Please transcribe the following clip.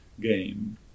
game